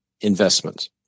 investments